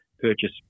purchase